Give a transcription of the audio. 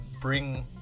bring